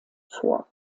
vor